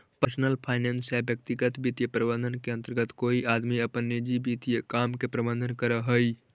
personal finance या व्यक्तिगत वित्तीय प्रबंधन के अंतर्गत कोई आदमी अपन निजी वित्तीय काम के प्रबंधन करऽ हई